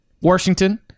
Washington